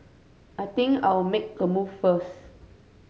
I think I'll make a move first